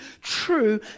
true